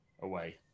away